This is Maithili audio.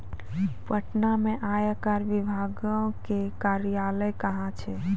पटना मे आयकर विभागो के कार्यालय कहां छै?